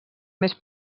més